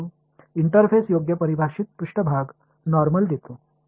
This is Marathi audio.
इंटरफेस योग्य परिभाषित पृष्ठभाग नॉर्मल देतो